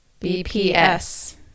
BPS